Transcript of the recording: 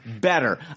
better